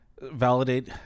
validate